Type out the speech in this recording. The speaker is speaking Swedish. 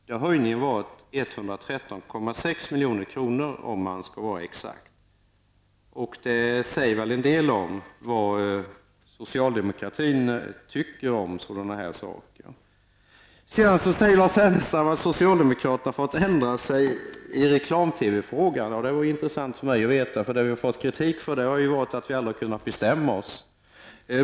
Där har höjningen varit 113,6 miljoner kronor om man skall vara exakt. Det säger väl en del om vad socialdemokraterna tycker om sådana saker. Sedan säger Lars Ernestam att socialdemokraterna har fått ändra sig i reklam-TV-frågan. Det var intressant att få veta, eftersom vi tidigare har fått kritik för att vi aldrig har kunnat bestämma oss.